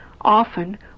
Often